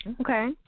Okay